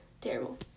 terrible